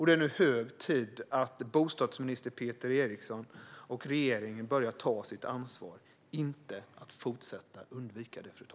Det är nu hög tid att bostadsminister Peter Eriksson och regeringen börjar ta sitt ansvar och inte fortsätter att undvika det.